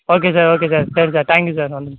okay sir okay sir சரி sir thank you sir நன்றி